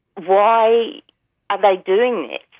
why are they doing